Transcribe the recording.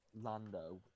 Lando